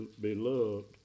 beloved